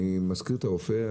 אני מזכיר את האופה,